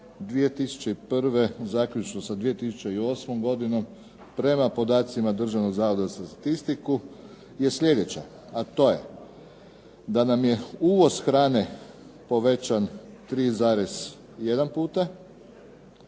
2001., zaključno sa 2008. godinom, prema podacima Državnog zavoda za statistiku je sljedeća, a to je da nam je uvoz hrane povećan 3,1 puta,